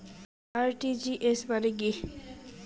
RTGS মানে কি?